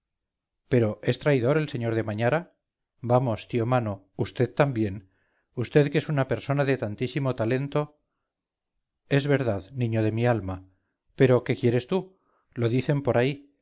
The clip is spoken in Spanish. pero es traidor el sr de mañara vamos tío mano vd también vd que es una persona de tantísimo talento es verdad niño de mi alma pero qué quieres tú lo dicen por ahí